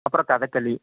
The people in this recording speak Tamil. அப்புறம் கதக்களி